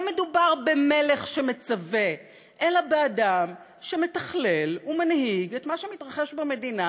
לא מדובר במלך שמצווה אלא באדם שמתכלל ומנהיג את מה שמתרחש במדינה,